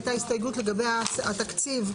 הייתה הסתייגות לגבי התקציב,